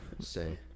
Say